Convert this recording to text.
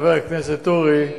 חבר הכנסת אורי,